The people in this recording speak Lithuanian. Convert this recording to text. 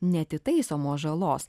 neatitaisomos žalos